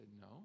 no